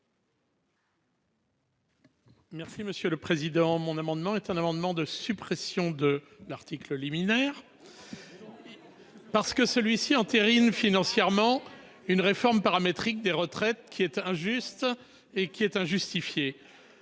Merci monsieur le président. Mon amendement est un amendement de suppression de l'article liminaire. Parce que celui-ci entérine financièrement une réforme paramétrique des retraites qui est injuste et qui est injustifiée.